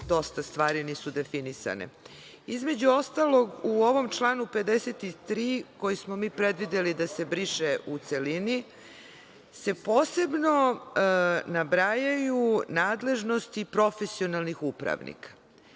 dosta stvari nisu definisane. Između ostalog, u ovom članu 53, koji smo mi predvideli da se briše u celini, posebno se nabrajaju nadležnosti profesionalnih upravnika.